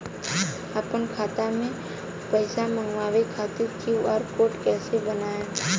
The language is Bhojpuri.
आपन खाता मे पईसा मँगवावे खातिर क्यू.आर कोड कईसे बनाएम?